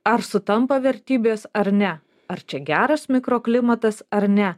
ar sutampa vertybės ar ne ar čia geras mikroklimatas ar ne